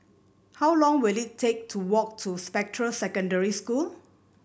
how long will it take to walk to Spectra Secondary School